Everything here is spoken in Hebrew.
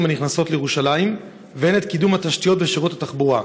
הנכנסות לירושלים והן את קידום התשתיות ושירות התחבורה.